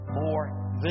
more